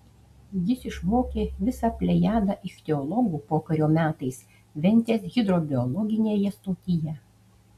jis išmokė visą plejadą ichtiologų pokario metais ventės hidrobiologinėje stotyje